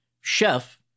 Chef